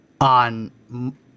on